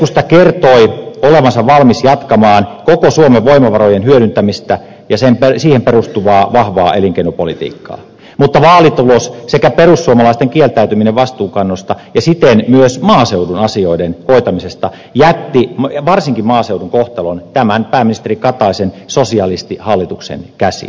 keskusta kertoi olevansa valmis jatkamaan koko suomen voimavarojen hyödyntämistä ja siihen perustuvaa vahvaa elinkeinopolitiikkaa mutta vaalitulos sekä perussuomalaisten kieltäytyminen vastuunkannosta ja siten myös maaseudun asioiden hoitamisesta jätti varsinkin maaseudun kohtalon tämän pääministeri kataisen sosialistihallituksen käsiin